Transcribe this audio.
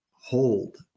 hold